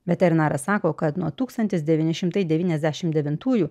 veterinaras sako kad nuo tūkstantis devyni šimtai devyniasdešim devintųjų